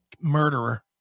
murderer